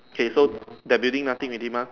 okay so that building nothing already mah